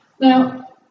Now